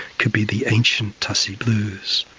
could be the ancient tassie blues.